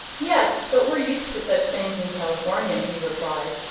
yes but we're used to such things in california, he replied.